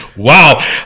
Wow